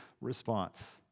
response